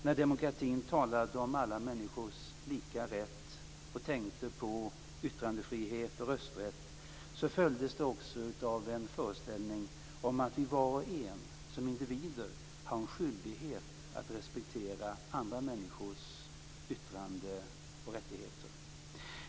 När man talade om alla människors lika rätt och tänkte på yttrandefriheten och rösträtt följdes det också av en föreställning om att vi var och en som individ hade en skyldighet att respektera andra människors yttrandefrihet och rättigheter.